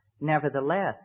nevertheless